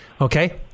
Okay